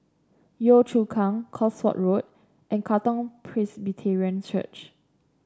Yio Chu Kang Cosford Road and Katong Presbyterian Church